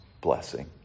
blessing